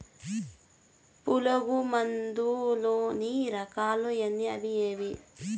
పులుగు మందు లోని రకాల ఎన్ని అవి ఏవి?